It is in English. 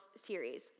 series